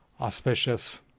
auspicious